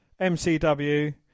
MCW